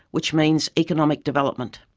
which means economic development.